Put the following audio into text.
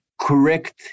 correct